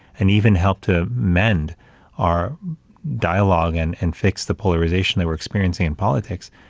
and even help to mend our dialogue and and fix the polarization that we're experiencing in politics,